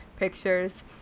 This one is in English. pictures